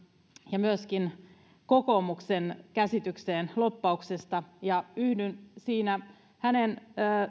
ja myöskin kokoomuksen käsitykseen lobbauksesta yhdyn hänen